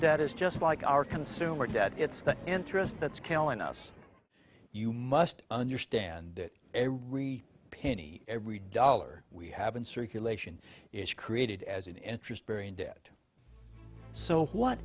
debt is just like our consumer debt it's the interest that's killing us you must understand that every penny every dollar we have in circulation is created as an interest bearing debt so what